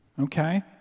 Okay